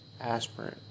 aspirin